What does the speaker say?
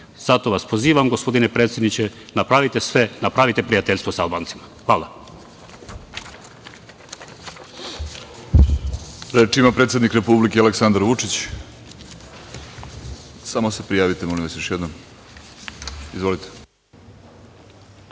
vas pozivam, gospodine predsedniče, napravite sve, napravite prijateljstvo sa Albancima. Hvala